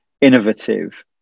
innovative